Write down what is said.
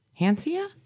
Hansia